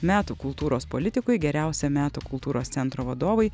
metų kultūros politikui geriausiam metų kultūros centro vadovui